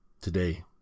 today